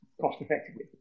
cost-effectively